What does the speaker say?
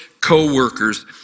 co-workers